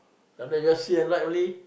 down there you just see the light only